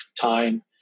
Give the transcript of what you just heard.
time